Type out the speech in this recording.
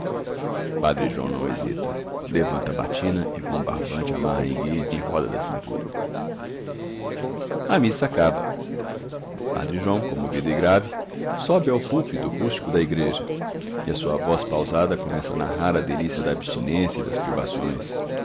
padre joão não hesita levanta a batina e com um barbante amarra a enguia em roda da cintura a missa acaba padre joão comovido e grave sobe ao púlpito rústico da igreja e a sua voz pausada começa a narrar a delícia da abstinência e das privações